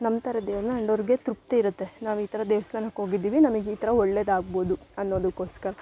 ನಂಬ್ತಾರೆ ದೇವ್ರನ್ನ ಆ್ಯಂಡ್ ಅವ್ರಿಗೆ ತೃಪ್ತಿ ಇರುತ್ತೆ ನಾವು ಈ ಥರ ದೇವಸ್ಥಾನಕ್ಕ್ ಹೋಗಿದ್ದಿವಿ ನಮ್ಗೆ ಈ ಥರ ಒಳ್ಳೇದಾಗ್ಬೋದು ಅನ್ನೊದಕೋಸ್ಕರ